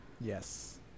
Yes